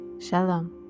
Shalom